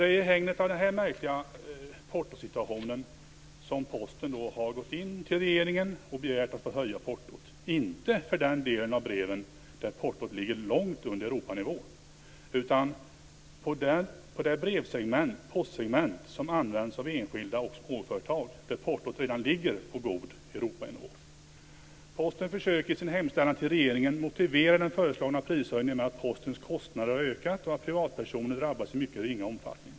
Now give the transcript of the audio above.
Det är i hägnet av denna märkliga portosituation som Posten har vänt sig till regeringen och begärt att få höja portot, inte för den del av breven där portot ligger långt under Europanivå utan för det postsegment som används av enskilda och småföretag där portot redan ligger på Europanivå. Posten försöker i sin hemställan till regeringen motivera den föreslagna prishöjningen med att Postens kostnader har ökat och att privatpersoner drabbas i mycket ringa omfattning.